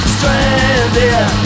Stranded